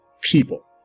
people